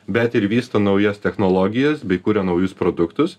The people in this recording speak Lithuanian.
bet ir vysto naujas technologijas bei kuria naujus produktus